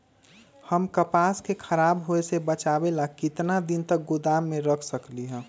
हम कपास के खराब होए से बचाबे ला कितना दिन तक गोदाम में रख सकली ह?